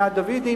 שני הדָוִדים,